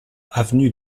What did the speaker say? avenue